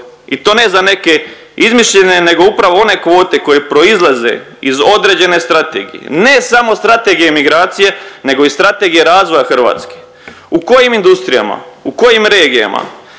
i to ne za neke izmišljene nego upravo one kvote koje proizlaze iz određene strategije, ne samo strategije migracije nego i strategije razvoja Hrvatske u kojim industrijama, u kojim regijama,